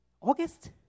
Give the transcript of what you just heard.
August